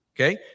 Okay